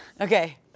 Okay